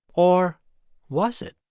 or was it?